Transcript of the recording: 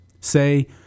say